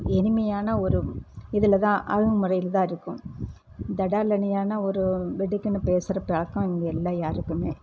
இனிமையான ஒரு இதில் தான் அணுகுமுறையில் தான் இருக்கும் தடாலடியான ஒரு வெடுக்குன்னு பேசுகிற பழக்கம் இங்கே இல்லை யாருக்குமே